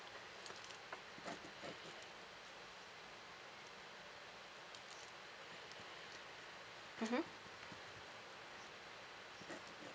mmhmm